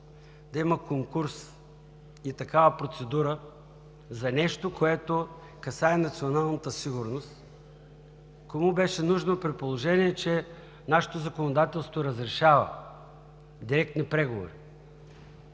да има конкурс и такава процедура за нещо, което касае националната сигурност? Кому беше нужно, при положение че нашето законодателство разрешава директни преговори?